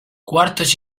cuartos